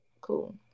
Cool